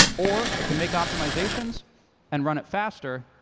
or it can make optimizations and run it faster,